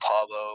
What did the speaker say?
Pablo